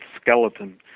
skeleton